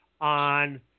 on